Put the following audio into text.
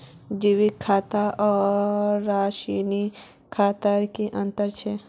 जैविक खाद आर रासायनिक खादोत की अंतर छे?